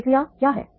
प्रतिक्रिया क्या है